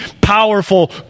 powerful